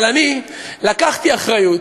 אבל אני לקחתי אחריות,